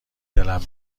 دلم